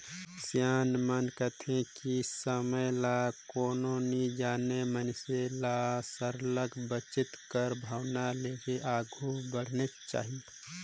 सियान मन कहथें कि समे ल कोनो नी जानें मइनसे मन ल सरलग बचेत कर भावना लेके आघु बढ़नेच चाही